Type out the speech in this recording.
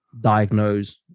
diagnose